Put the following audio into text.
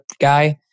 guy